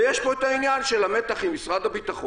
ויש פה את העניין של המתח עם משרד הביטחון.